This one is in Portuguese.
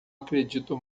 acredito